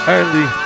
Early